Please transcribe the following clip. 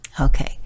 Okay